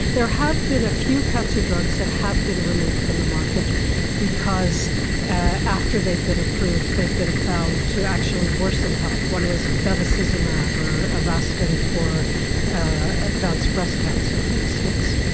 there have been a few cancer drugs that have been removed from the market because after they've been approved they've been found to actually worsen health. one is bevacizumab or avastin for advanced breast cancer, for instance.